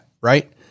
Right